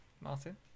Martin